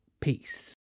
Peace